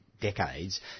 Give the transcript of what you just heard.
decades